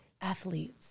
athletes